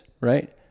right